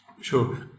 Sure